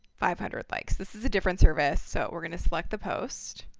five hundred likes. this is a different service. so, we're going to select the post.